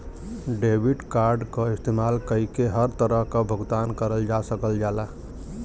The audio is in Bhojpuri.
डेबिट कार्ड क इस्तेमाल कइके हर तरह क भुगतान करल जा सकल जाला